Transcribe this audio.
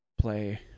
Play